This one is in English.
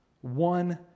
One